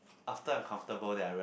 after I'm comfortable then I re~